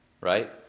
right